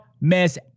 miss